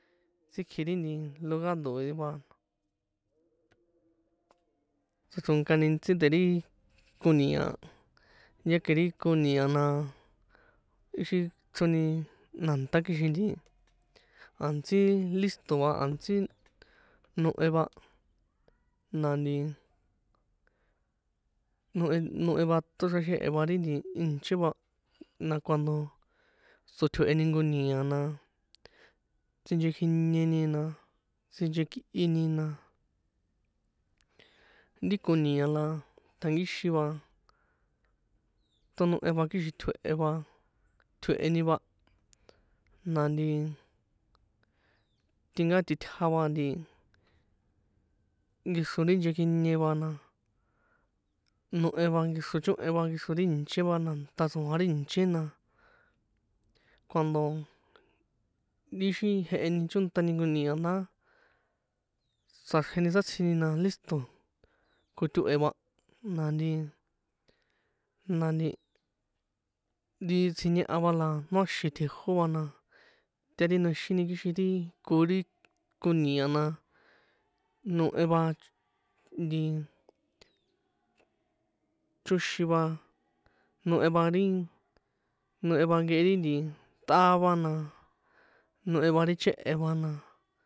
Tsikji ri nti loga ndo̱e va. Tsochronkani ntsi de ri koni̱a̱, ya ke rí koni̱a̱ na ixi chroni nantá kixin nti a̱ntsí listo va, a̱ntsí nohe va na nti nohen, nohen va toxraxehe va ri ìnche va, na cuando tso̱tjueheni jnko ni̱a̱ na, tsinchekjiñeni na sinchekꞌini na, ri konia la tjankixin va tonohe va kixin tjue̱he va, tjue̱heni va na nti, tinka titja va nti nkexro ri nchekjine va na, nohe va nkexro chohen va nkexro ri ìnche va na, tatsoan ri ìche na cuando ri xi jeheni chóntani jnko ni̱a̱ ndá tsꞌaxrjeni sátsjini na listo̱ kotohe va na nti, n anti ri siñeha va la noaxin tjejo va na, ta ri noéxini kixin ri kori konia na nohe va, nti choxin va, nohe va ri nohe va kehe ri tꞌava na, nohe va ri chéhe̱ va.